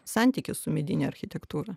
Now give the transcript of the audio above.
santykis su medine architektūra